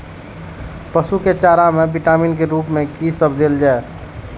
पशु के चारा में विटामिन के रूप में कि सब देल जा?